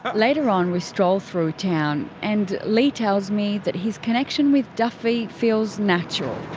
later on we stroll through town and leigh tells me that his connection with duffy feels natural.